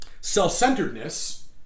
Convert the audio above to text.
Self-centeredness